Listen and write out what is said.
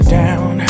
down